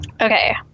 Okay